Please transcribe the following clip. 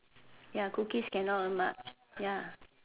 ya cookies cannot earn much ya